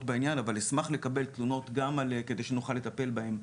בעניין אבל אשמח לקבל תלונות כדי שנוכל לטפל בהן,